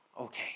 okay